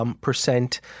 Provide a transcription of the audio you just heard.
percent